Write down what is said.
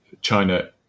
China